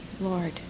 Lord